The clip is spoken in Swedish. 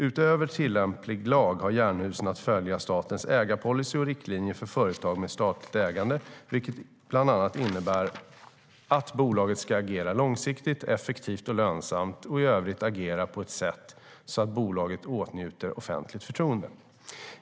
Utöver tillämplig lag har Jernhusen att följa statens ägarpolicy och riktlinjer för företag med statligt ägande, vilket bland annat innebär att bolaget ska agera långsiktigt, effektivt och lönsamt och i övrigt agera på ett sätt så att bolaget åtnjuter offentligt förtroende.